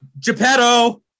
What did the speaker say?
Geppetto